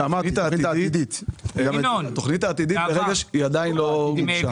התוכנית העתידית עדיין לא הוגשה.